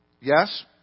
Yes